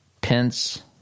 Pence